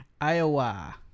Iowa